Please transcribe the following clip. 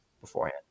beforehand